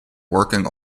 working